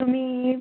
तुम्ही